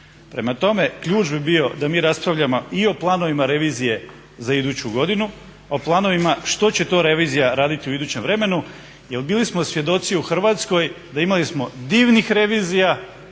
Prema tome, ključ bi bio da mi raspravljamo i o planovima revizije za iduću godinu o planovima što će to revizija raditi u idućem vremenu jer bili smo svjedoci u Hrvatskoj, imali smo divnih revizija,